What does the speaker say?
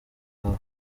aho